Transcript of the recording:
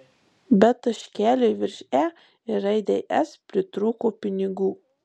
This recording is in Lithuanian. bet taškeliui virš e ir raidei s pritrūko pinigų